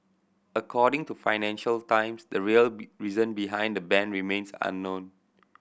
according to Financial Times the real be reason behind the ban remains unknown